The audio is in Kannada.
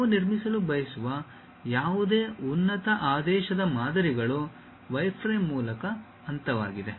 ನಾವು ನಿರ್ಮಿಸಲು ಬಯಸುವ ಯಾವುದೇ ಉನ್ನತ ಆದೇಶದ ಮಾದರಿಗಳು ವೈರ್ಫ್ರೇಮ್ ಮೂಲ ಹಂತವಾಗಿದೆ